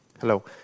Hello